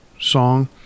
song